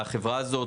החברה הזאת,